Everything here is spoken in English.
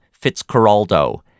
Fitzcarraldo